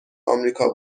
آمریکا